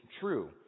true